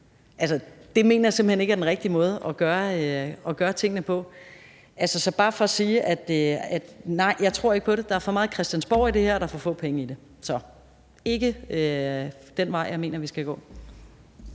det mener jeg simpelt hen ikke er den rigtige måde at gøre tingene på. Så det er bare for at sige: Nej, jeg tror ikke på det. Der er for meget Christiansborg i det her, og der er for få penge i det, så det er ikke den vej jeg mener vi skal gå.